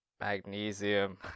Magnesium